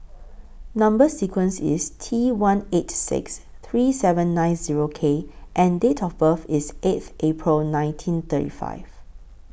Number sequence IS T one eight six three seven nine Zero K and Date of birth IS eighth April nineteen thirty five